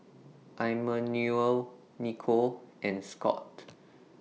Immanuel Nikko and Scott